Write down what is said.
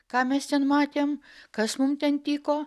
ką mes ten matėm kas mum ten tiko